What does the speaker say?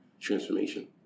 transformation